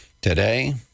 Today